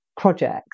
projects